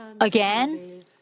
again